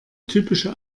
typische